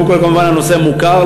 קודם כול, כמובן, הנושא מוכר.